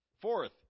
Fourth